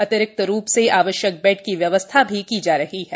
अतिरिक्त रूप से आवश्यक बेड की व्यवस्था भी की जा रही है